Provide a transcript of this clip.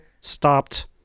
stopped